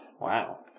Wow